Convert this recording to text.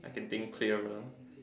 I can think clearer